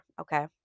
okay